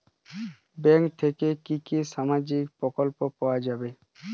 Bank থেকে কি কি সামাজিক প্রকল্প পাওয়া যাবে?